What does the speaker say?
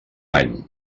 any